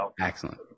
Excellent